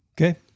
Okay